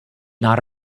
not